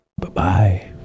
Bye-bye